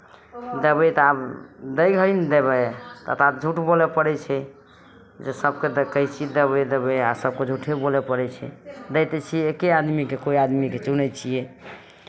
देबै तऽ आब दै हैन देबै तऽ तऽ आब झूठ बोलय पड़ै छै जे सभकेँ द् कहै छियै देबै देबै आ सभकेँ झूठे बोलय पड़ै छै दै तऽ छियै एक्के आदमीकेँ कोइ आदमीकेँ चुनै छियै